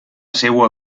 seua